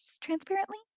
Transparently